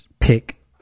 pick